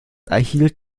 erhielt